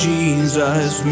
Jesus